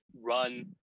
run